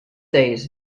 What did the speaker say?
days